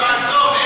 לא, עזוב.